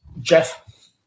Jeff